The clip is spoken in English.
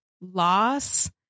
loss